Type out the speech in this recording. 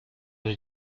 dans